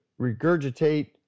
regurgitate